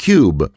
Cube